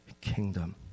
kingdom